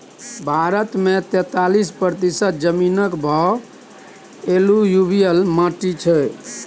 भारत मे तैतालीस प्रतिशत जमीनक भाग एलुयुबियल माटि छै